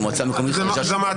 כן.